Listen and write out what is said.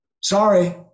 Sorry